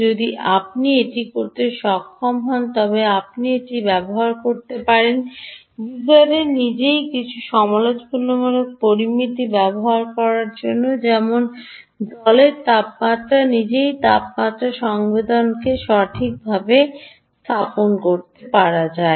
যদি আপনি এটি করতে সক্ষম হন তবে আপনি এটি ব্যবহার করতে পারেন গিজারের নিজেই কিছু সমালোচনামূলক পরামিতি পরিমাপ করার জন্য যেমন জলের তাপমাত্রা নিজেই তাপমাত্রা সংবেদককে সঠিকভাবে স্থাপন করে মাপা যায়